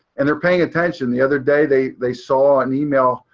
and they're paying attention. the other day they they saw an email,